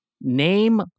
name